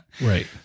Right